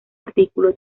artículo